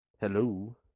Hello